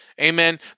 Amen